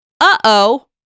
Uh-oh